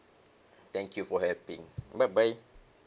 thank you for helping bye bye